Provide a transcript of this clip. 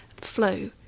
flow